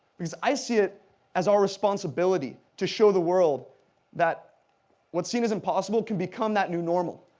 because i see it as our responsibility to show the world that what's seen as impossible can become that new normal.